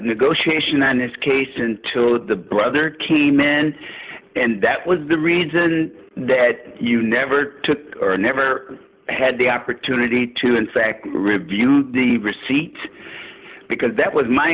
negotiation on this case until the brother came in and that was the reason you never took or never had the opportunity to in fact review the receipt because that was my